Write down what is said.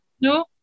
No